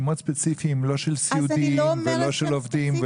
שמות ספציפיים, לא של סיעודיים ולא של עובדים.